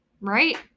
Right